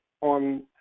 on